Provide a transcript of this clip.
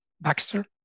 baxter